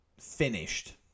finished